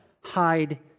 hide